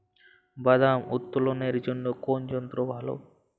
বাদাম উত্তোলনের জন্য কোন যন্ত্র ভালো?